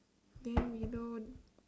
then you know